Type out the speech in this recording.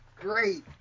Great